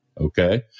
okay